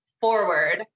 forward